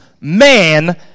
man